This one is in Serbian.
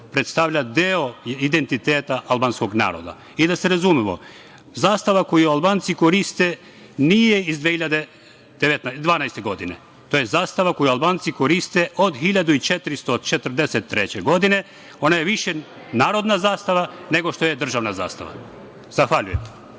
predstavlja deo identiteta albanskog naroda. Da se razumemo, zastava koju Albanci koriste nije iz 2012. godine, to je zastava koju Albanci koriste od 1443. godine i ona je više narodna zastava, nego što je državna zastava. Zahvaljujem.